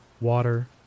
water